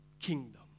kingdom